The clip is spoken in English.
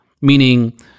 meaning